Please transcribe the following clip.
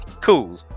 cool